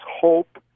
hope